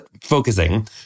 focusing